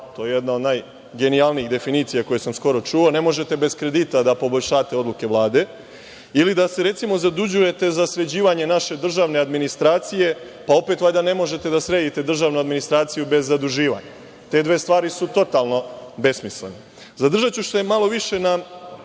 To je jedna od najgenijalnijih definicija koje sam skoro čuo. Ne možete bez kredita da poboljšate odluke Vlade. Ili, da se, recimo, zadužujete za sređivanje naše državne administracije, pa opet valjda ne možete da sredite državnu administraciju bez zaduživanja. Te dve stvari su totalno besmislene. Naravno, verovatno